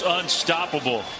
unstoppable